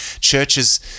churches